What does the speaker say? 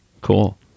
cool